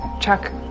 Chuck